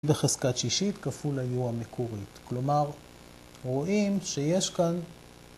בחזקת שישית כפול ה-u המקורית, כלומר רואים שיש כאן